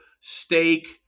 steak